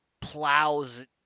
plows